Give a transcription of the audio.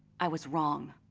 i was wrong.